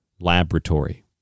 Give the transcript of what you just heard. Laboratory